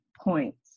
points